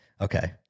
Okay